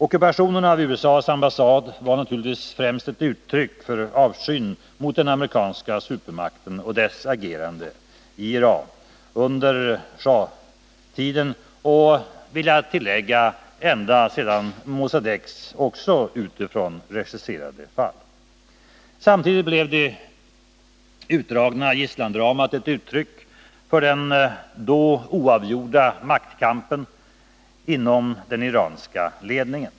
Ockupationen av USA:s ambassad var naturligvis främst ett uttryck för avskyn mot den amerikanska supermakten och dess agerande i Iran under schah-tiden, ja, det vill jag tillägga, ända sedan Mossadeqs också utifrån regisserade fall. Samtidigt blev det utdragna gisslandramat ett uttryck för den då oavgjorda maktkampen inom den iranska ledningen.